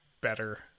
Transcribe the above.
better